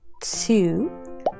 two